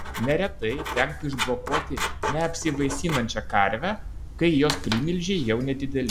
neretai tenka išbrokuoti neapsivaisinančią karvę kai jos primilžiai jau nedideli